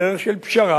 בדרך של פשרה,